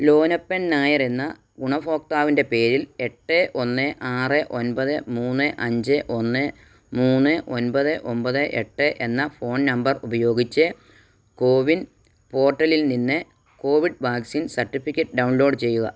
ലോനപ്പൻ നായർ എന്ന ഗുണഭോക്താവിൻ്റെ പേരിൽ എട്ട് ഒന്ന് ആറ് ഒൻപത് മൂന്ന് അഞ്ച് ഒന്ന് മൂന്ന് ഒൻപത് ഒമ്പത് എട്ട് എന്ന ഫോൺ നമ്പർ ഉപയോഗിച്ച് കോവിൻ പോർട്ടലിൽ നിന്ന് കോവിഡ് വാക്സിൻ സർട്ടിഫിക്കറ്റ് ഡൗൺലോഡ് ചെയ്യുക